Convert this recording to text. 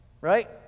Right